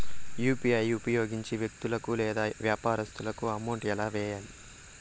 UPI ఉపయోగించి వ్యక్తులకు లేదా వ్యాపారస్తులకు అమౌంట్ ఎలా వెయ్యాలి